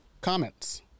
comments